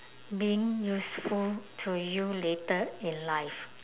being useful to you later in life